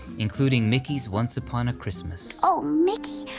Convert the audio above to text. including mickey's once upon a christmas. oh mickey,